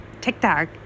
tiktok